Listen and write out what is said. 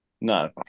No